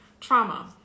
trauma